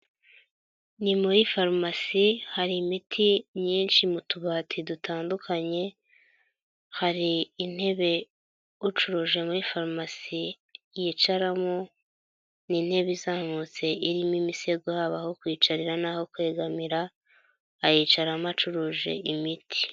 Ni muri farumasi hari imiti myinshi mu tubati dutandukanye, hari intebe ucuruje muri farumasi yicaramo, ni intebe izamutse irimo imisego habaho kwicarira n'aho kwegamira, ayicaramo acuruje imiti.